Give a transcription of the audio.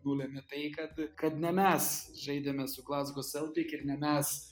nulėmė tai kad kad ne mes žaidėme su glazgo seltik ir ne mes